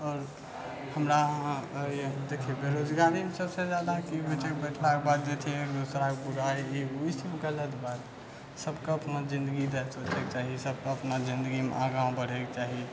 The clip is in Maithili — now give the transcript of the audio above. आओर हमरा अहाँकेँ देखिऔ बेरोजगारीमे सबसे जादा की होइत छै बैठलाके बाद जे छै एक दोसराके बुराइ ई ओ ई सब गलत बात सबके अपना जिन्दगी दए सोचयके चाही सबके अपना जिन्दगीमे आगाँ बढ़यके चाही